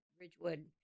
Ridgewood